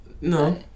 No